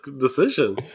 decision